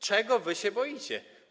Czego wy się boicie?